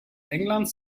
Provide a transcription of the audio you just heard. englands